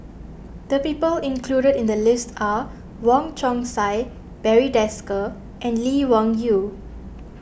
the people included in the list are Wong Chong Sai Barry Desker and Lee Wung Yew